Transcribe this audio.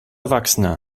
erwachsene